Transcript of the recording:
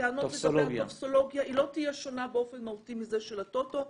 הטענות לגבי הטופסולוגיה היא לא תהיה שונה באופן מהותי מזה של הטוטו.